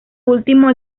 último